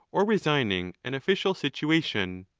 or resigning an official situation.